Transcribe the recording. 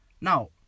Now